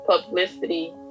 publicity